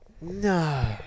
No